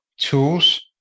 tools